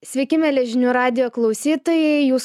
sveiki mieli žinių radijo klausytojai jūs